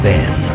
Ben